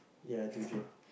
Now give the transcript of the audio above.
ya Tujuh